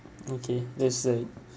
okay let's say